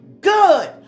Good